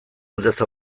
aldez